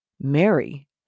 Mary